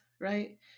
right